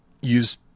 use